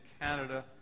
Canada